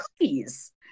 cookies